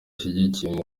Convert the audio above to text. rishingiye